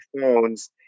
phones